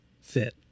fit